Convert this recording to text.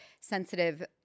sensitive